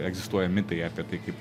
egzistuoja mitai apie tai kaip